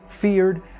Feared